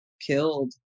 killed